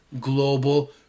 global